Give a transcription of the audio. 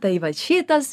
tai vat šitas